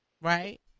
right